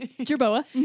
Jerboa